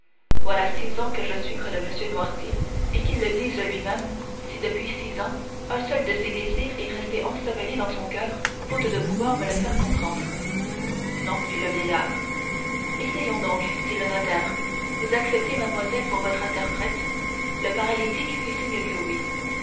voilà six ans que je suis près de m noirtier et qu'il le dise lui-même si depuis six ans un seul de ses désirs est resté enseveli dans son coeur faute de pouvoir me le faire comprendre non fit le vieillard essayons donc dit le notaire vous acceptez mademoiselle pour votre interprète le paralytique fit signe que oui